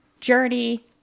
Journey